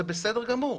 וזה בסדר גמור.